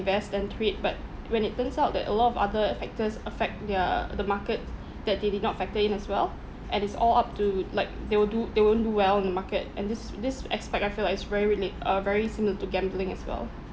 best and trade but when it turns out that a lot of other factors affect their the market that they did not factor in as well and it's all up to like they will do they won't do well in the market and this this aspect I feel like it's very relate uh very similar to gambling as well